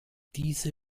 diese